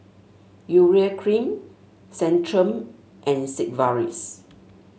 Urea Cream Centrum and Sigvaris